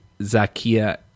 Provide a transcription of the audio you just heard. Zakia